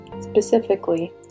specifically